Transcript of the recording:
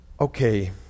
Okay